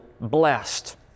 blessed